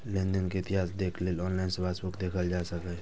लेनदेन के इतिहास देखै लेल ऑनलाइन पासबुक देखल जा सकैए